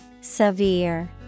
Severe